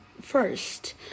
first